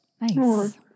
Nice